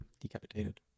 decapitated